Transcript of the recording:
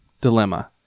dilemma